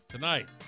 Tonight